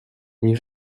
les